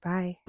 Bye